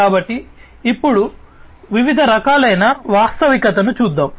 కాబట్టి ఇప్పుడు వివిధ రకాలైన వాస్తవికతను చూద్దాం